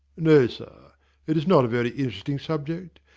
no, sir it is not a very interesting subject.